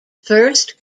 first